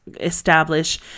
establish